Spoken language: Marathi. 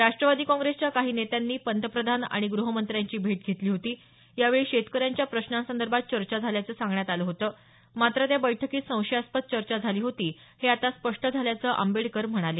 राष्ट्रवादी काँग्रेसच्या काही नेत्यांनी पंतप्रधान आणि ग्रहमंत्र्यांची भेट घेतली होती यावेळी शेतकऱ्यांच्या प्रश्नांसंदर्भात चर्चा झाल्याचं सांगण्यात आलं होतं मात्र त्या बैठकीत संशयास्पद चर्चा झाली होती हे आता स्पष्ट झाल्याचं आंबेडकर म्हणाले